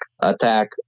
attack